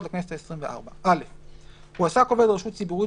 לכנסת העשרים וארבע 6. (א)הועסק עובד רשות ציבורית